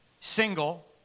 single